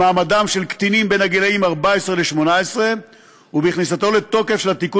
במעמדם של קטינים בין הגילים 14 ו-18 ובכניסתו לתוקף של התיקון